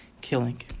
Killing